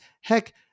Heck